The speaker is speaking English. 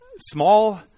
small